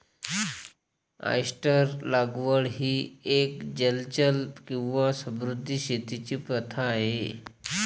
oyster लागवड ही एक जलचर किंवा समुद्री शेतीची प्रथा आहे